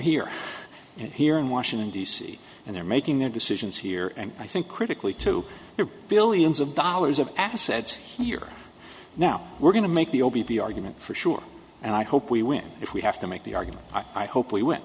here and here in washington d c and they're making their decisions here and i think critically to their billions of dollars of assets here now we're going to make the o b b argument for sure and i hope we win if we have to make the argument i hope we w